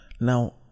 Now